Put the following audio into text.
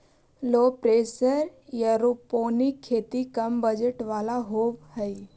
लो pressure aeroponic खेती कम budget वाला होव हई